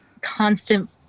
constant